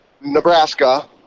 Nebraska